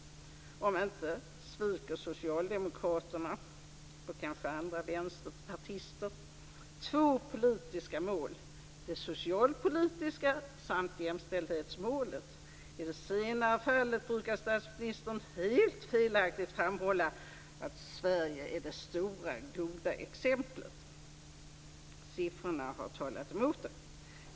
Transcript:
Om inte sviker socialdemokraterna och kanske andra vänsterpartister två politiska mål - det socialpolitiska samt jämställdhetsmålet. I det senare fallet brukar statsministern helt felaktigt framhålla att Sverige är det stora goda exemplet. Siffrorna har talat emot det.